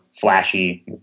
flashy